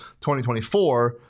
2024